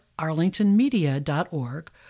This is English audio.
arlingtonmedia.org